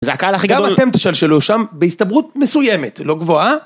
זה הקהל הכי גדול. גם אתם תשלשלו שם בהסתברות מסוימת, לא גבוהה.